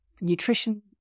nutrition